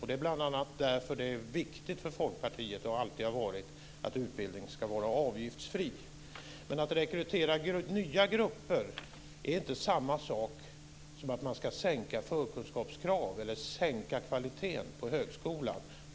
Det är bl.a. därför det är viktigt för Folkpartiet - och alltid har varit det - att utbildning ska vara avgiftsfri. Men att rekrytera nya grupper är inte samma sak som att man ska sänka förkunskapskrav eller sänka kvaliteten på högskolan.